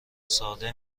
ساده